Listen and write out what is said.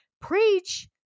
preach